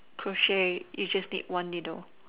crochet is just need one needle